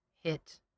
hit